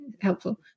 helpful